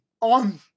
on